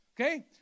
Okay